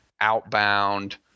outbound